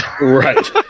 Right